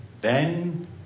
then